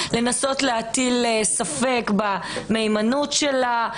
לנסות להטיל ספק במהימנות שלה,